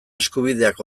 eskubideak